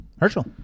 Herschel